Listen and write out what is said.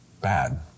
bad